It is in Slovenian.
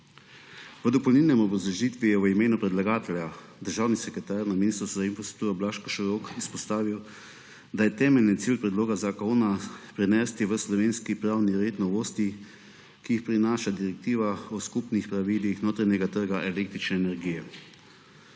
V dopolnilni obrazložitvi je v imenu predlagatelja državni sekretar na Ministrstvu za infrastrukturo Blaž Košorok izpostavil, da je temeljni cilj predloga zakona prenesti v slovenski pravni red novosti, ki jih prinaša Direktiva o skupnih pravilih notranjega trga električne energije.